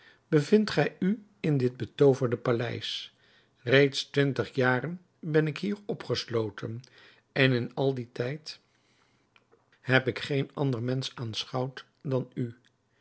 bevindt gij u in dit betooverde paleis reeds twintig jaren ben ik hier opgesloten en in al dien tijd heb ik geen ander mensch aanschouwd dan u